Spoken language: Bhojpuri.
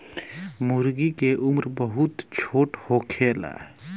मूर्गी के उम्र बहुत छोट होखेला